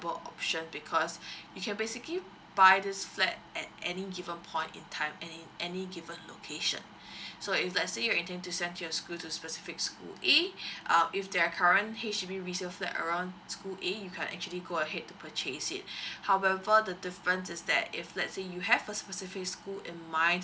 viable option because you can basically buy this flat at any given point in time and any given location so if let's say you're intending to send your kid to specific school A uh if their current H_D_B resale flat around school A you can actually go ahead to purchase it however the different is that if let's say you have a specific school in mind